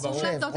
זה ברור.